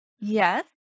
yes